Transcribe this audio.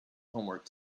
homework